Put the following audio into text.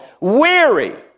weary